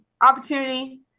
opportunity